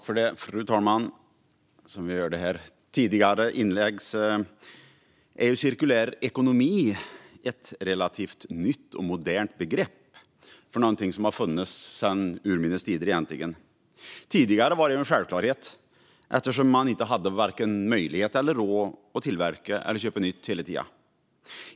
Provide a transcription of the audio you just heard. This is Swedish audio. Fru talman! Som vi har hört i tidigare inlägg är cirkulär ekonomi är ett relativt nytt och modernt begrepp för något som egentligen har funnits sedan urminnes tider. Tidigare var det en självklarhet eftersom man varken hade möjlighet eller råd att tillverka eller köpa nytt hela tiden.